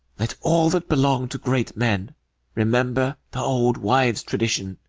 let all that belong to great men remember th' old wives' tradition,